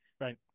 right